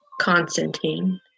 Constantine